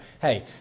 hey